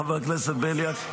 חבר הכנסת בליאק?